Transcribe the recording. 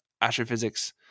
astrophysics